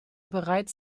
bereits